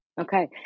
Okay